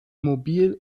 mobil